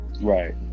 Right